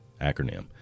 acronym